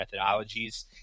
methodologies